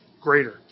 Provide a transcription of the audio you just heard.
greater